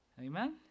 amen